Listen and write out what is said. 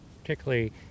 particularly